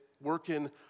working